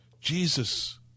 Jesus